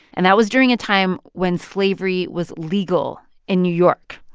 and that was during a time when slavery was legal in new york.